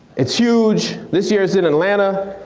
it's huge, this year it's in atlanta.